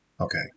Okay